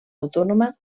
autònoma